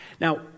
Now